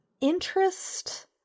interest